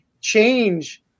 change